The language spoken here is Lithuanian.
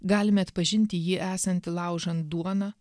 galime atpažinti jį esantį laužant duoną